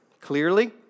clearly